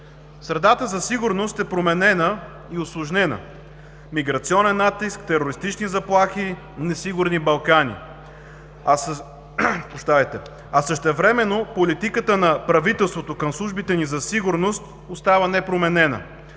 Средата за сигурност е променена и усложнена – миграционен натиск, терористични заплахи, несигурни Балкани, а същевременно политиката на правителството към службите ни за сигурност остава непроменена.